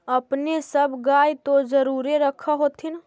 अपने सब गाय तो जरुरे रख होत्थिन?